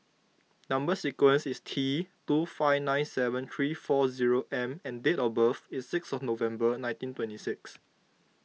Number Sequence is T two five nine seven three four zero M and date of birth is sixth November nineteen twenty sixth